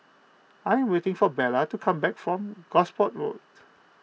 I am waiting for Bella to come back from Gosport Road